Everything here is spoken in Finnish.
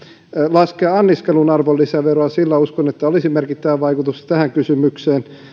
laskea anniskelun arvonlisäveroa uskon että sillä olisi merkittävä vaikutus tähän kysymykseen